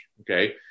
Okay